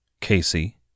Casey